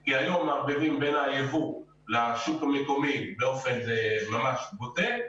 כי היום מערבבים בין היבוא לשוק המקומי באופן ממש בוטה,